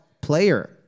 player